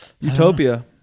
Utopia